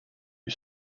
you